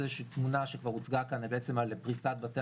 לאיזושהי תמונה שכבר הוצגה כאן לפריסת בתי